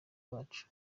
bacu